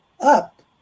up